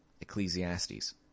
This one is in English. Ecclesiastes